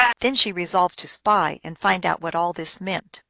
then she resolved to spy and find out what all this meant.